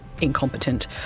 incompetent